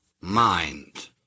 mind